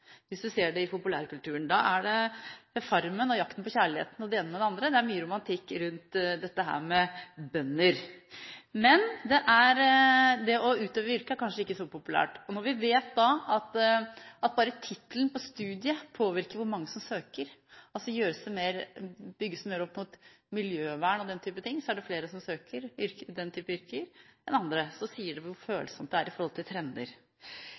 hvis du ser på populærkulturen. Der er det «Farmen» og «Jakten på kjærligheten» – det ene med det andre. Det er mye romantikk rundt dette med bønder. Men det å utøve yrket er kanskje ikke så populært. Når vi vet at bare tittelen på studiet påvirker hvor mange som søker – bygges det mer opp mot miljøvern osv., er det flere som søker på denne typen yrker enn andre – sier det hvor følsomt det er